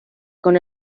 con